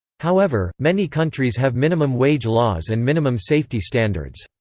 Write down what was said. however, many countries have minimum wage laws and minimum safety standards.